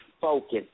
focused